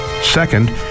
Second